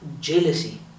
jealousy